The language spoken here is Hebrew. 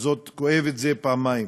זאת פעמיים,